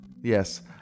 Yes